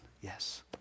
yes